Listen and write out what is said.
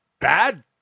bad –